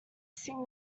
sing